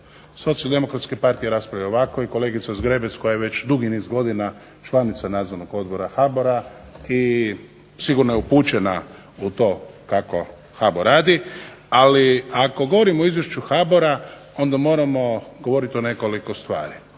je da je klub SDP-a raspravljao ovako i kolegica Zgrebec koja je već dugi niz odbora članica Nadzornog odbora HBOR-a i sigurno je upućena u to kako HBOR radi, ali ako govorimo o Izvješću HBOR-a onda moramo govoriti o nekoliko stvari.